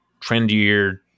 trendier